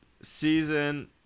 season